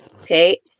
okay